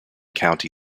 county